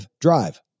drive